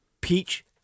Peach